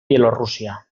bielorússia